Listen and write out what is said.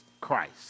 Christ